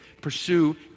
Pursue